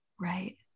right